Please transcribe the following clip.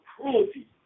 cruelty